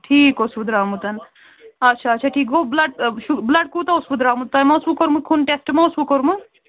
ٹھیٖک اوسوٕ درٛامُت اَچھا اَچھا ٹھیٖک گوٚو بُلڈ بُلڈ کوٗتاہ اوسوٕ درٛامُت تۄہہِ ما اوسوٕ کوٚرمُت خونہٕ ٹیسٹہٕ ما اوسوٕ کوٚرمُت